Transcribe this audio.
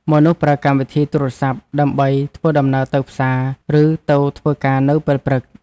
មនុស្សប្រើកម្មវិធីទូរសព្ទដើម្បីធ្វើដំណើរទៅផ្សារ ឬទៅធ្វើការនៅពេលព្រឹក។